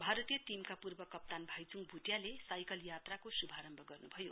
भारतीय टीमका पूर्व कप्तान भाइच्ङ भ्टियाले साइकल यात्राको श्भारम्भ गर्न्भयो